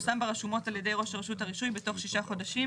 ברשומות על ידי ראש רשות הרישוי בתוך שישה חודשים